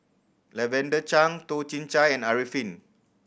Lavender Chang Toh Chin Chye and Arifin